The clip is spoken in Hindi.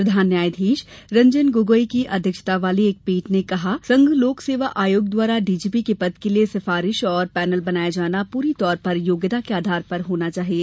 प्रधान न्यायाधीश रंजन गोगोई की अध्यक्षता वाली एक पीठ ने कहा कि संघ लोक सेवा आयोग द्वारा डीजीपी के पद के लिए सिफारिश और पैनल बनाया जाना पूरी तौर पर योग्यता के आधार पर होना चाहिए